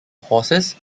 horses